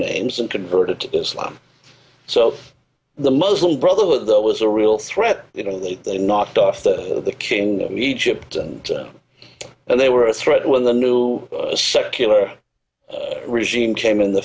names and converted to islam so the muslim brotherhood that was a real threat you know that they knocked off the king of egypt and and they were a threat when the new secular regime came in the